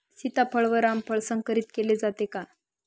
सीताफळ व रामफळ संकरित केले जाते का?